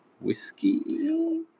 whiskey